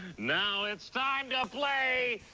now it's time to play.